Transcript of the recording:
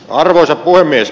arvoisa puhemies